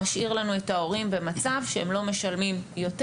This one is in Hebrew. משאיר לנו את ההורים במצב שהם לא משלמים יותר,